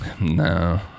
No